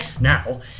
now